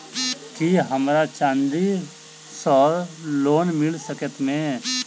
की हमरा चांदी सअ लोन मिल सकैत मे?